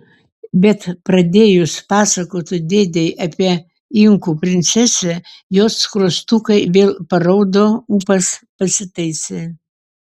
bet pradėjus pasakoti dėdei apie inkų princesę jos skruostukai vėl paraudo ūpas pasitaisė